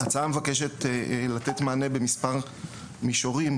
ההצעה מבקשת לתת מענה במספר מישורים,